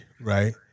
right